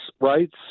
rights